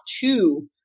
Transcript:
two